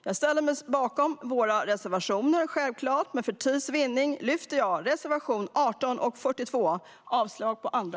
Jag ställer mig självklart bakom våra reservationer, men för tids vinnande yrkar jag bifall till reservationerna 18 och 42 och avslag på de andra.